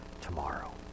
tomorrow